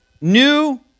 new